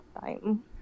time